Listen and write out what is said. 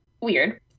Weird